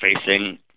facing